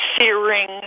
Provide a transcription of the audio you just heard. searing